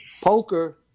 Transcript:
poker